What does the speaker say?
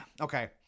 Okay